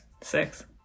Six